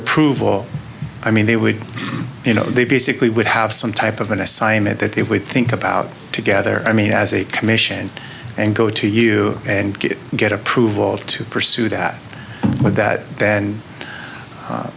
approval i mean they would you know they basically would have some type of an assignment that they would think about together i mean as a commission and go to you and get approval to pursue that but that then